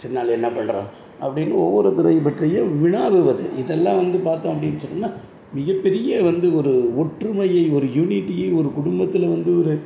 சின்னாள் என்ன பண்ணுறான் அப்படின்னு ஒவ்வொருத்தரைப் பற்றியும் வினாவுவது இதெல்லாம் வந்து பார்த்தோம் அப்படின்னு சொன்னிங்கன்னால் மிகப்பெரிய வந்து ஒரு ஒற்றுமையை ஒரு யூனிட்டியை ஒரு குடும்பத்தில் வந்து ஒரு